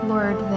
Lord